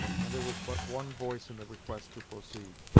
and there was but one voice in the request to proceed.